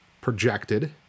projected